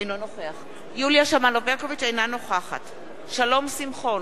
אינה נוכחת שלום שמחון,